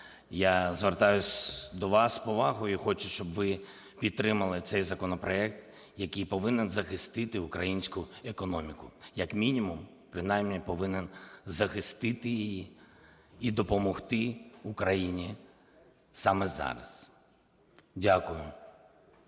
Я звертаюсь до вас із повагою і хочу, щоб ви підтримали цей законопроект, який повинен захистити українську економіку, як мінімум принаймні повинен захистити її і допомогти Україні саме зараз. Дякую.